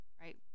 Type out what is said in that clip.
right